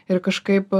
ir kažkaip